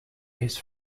his